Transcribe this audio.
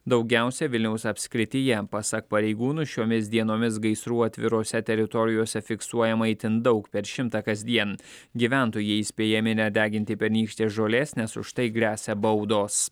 daugiausia vilniaus apskrityje pasak pareigūnų šiomis dienomis gaisrų atvirose teritorijose fiksuojama itin daug per šimtą kasdien gyventojai įspėjami nedeginti pernykštės žolės nes už tai gresia baudos